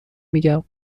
میگم